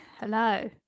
hello